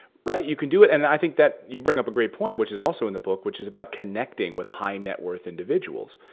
right, you can do it. and and i think that you bring up a great point, which is also in the book. which is about connecting with high net worth individuals.